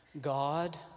God